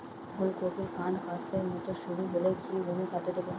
ফুলকপির কান্ড কাস্তের মত সরু হলে কি অনুখাদ্য দেবো?